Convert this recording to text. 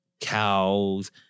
cows